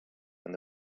when